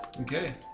Okay